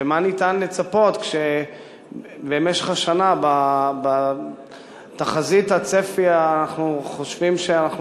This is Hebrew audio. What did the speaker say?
ומה ניתן לצפות כשבמשך השנה בתחזית הצפי אנחנו חושבים שאנחנו